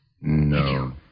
No